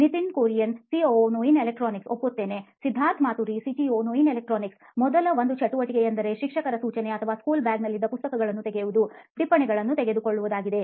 Nitin Kurian COO Noin electronics ಒಪ್ಪುತ್ತೇನೆ Siddharth Maturi CEO Noin electronics ಮೊದಲ ಒಂದು ಚಟುವಟಿಕೆ ಎಂದರೆ ಶಿಕ್ಷಕರ ಸೂಚನೆ ಅಥವಾ ಸ್ಕೂಲ್ ಬ್ಯಾಗ್ ನಲ್ಲಿದ್ದ ಪುಸ್ತಕಗಳನ್ನೂ ತೆಗೆಯುವುದು ಟಿಪ್ಪಣಿಗಳನ್ನು ತೆಗೆದುಕೊಳ್ಳುವುದಾಗಿದೆ